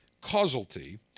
causality